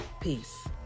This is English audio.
Peace